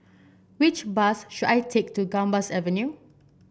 which bus should I take to Gambas Avenue